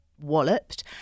walloped